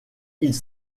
ils